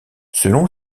selon